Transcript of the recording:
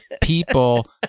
people